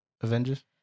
avengers